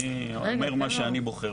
--- אני עונה על השאלה בצורה